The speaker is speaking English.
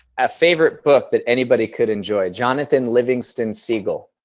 a favorite book that anybody could enjoy, jonathan livingston seagull,